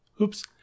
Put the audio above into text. Oops